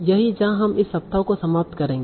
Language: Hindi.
यही जहां हम इस सप्ताह को समाप्त करेंगे